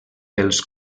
pels